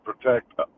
protect